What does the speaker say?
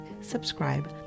subscribe